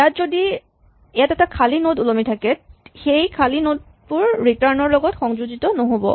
ইয়াত যদি ইয়াত এটা খালী নড উলমি থাকে সেই খালী নড বোৰ ৰিটাৰ্ন ৰ লগত সংযোজিত নহ'ব